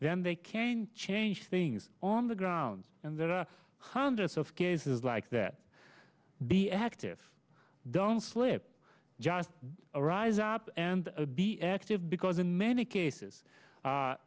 then they can change things on the ground and there are hundreds of cases like that be active don't slip just arise up and be active because in many cases